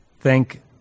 thank